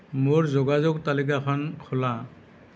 মোৰ যোগাযোগ তালিকাখন খোলা